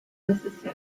mississippi